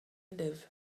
live